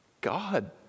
God